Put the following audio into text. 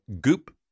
Goop